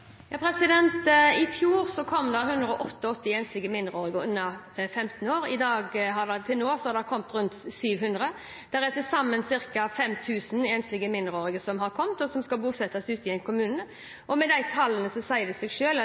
I fjor kom det 188 enslige mindreårige under 15 år, fram til nå har det kommet rundt 700. Det er til sammen ca. 5 000 enslige mindreårige som har kommet, og som skal bosettes ute i en kommune. Med de tallene sier det seg